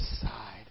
side